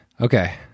Okay